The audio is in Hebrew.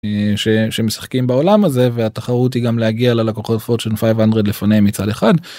שמשחקים בעולם הזה והתחרות היא גם להגיע ללקוחות פורצ'ן 500 לפני מצד אחד